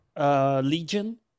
Legion